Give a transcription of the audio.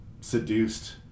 seduced